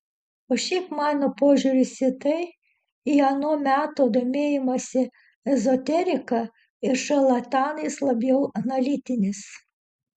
o šiaip mano požiūris į tai į ano meto domėjimąsi ezoterika ir šarlatanais labiau analitinis